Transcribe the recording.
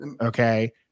Okay